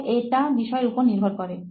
তো এটা বিষয়ের উপর নির্ভর করছে